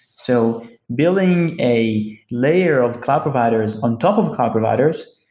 so building a layer of cloud providers on top of cloud providers,